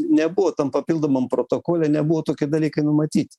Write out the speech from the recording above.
nebuvo tam papildomam protokole nebuvo tokie dalykai numatyt